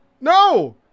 No